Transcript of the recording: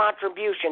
contribution